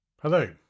Hello